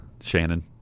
shannon